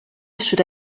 should